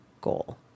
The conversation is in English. goal